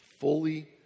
Fully